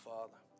Father